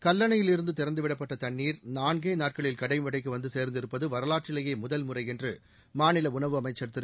கல்லணையிலிருந்து திறந்துவிடப்பட்ட தண்ணீர் நான்கே நாட்களில் கடைமடைக்கு வந்து சேர்ந்திருப்பது வரலாற்றிலேயே முதல்முறை என்று மாநில உணவு அமைச்சர் திரு